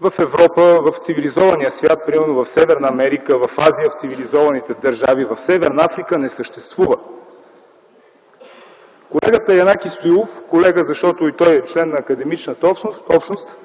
в Европа, в цивилизования свят, примерно в Северна Америка, в Азия, в цивилизованите държави, в Северна Африка не съществува. Колегата Янаки Стоилов – колега, защото и той е член на академичната общност,